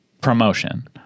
promotion